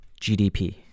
GDP